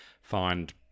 find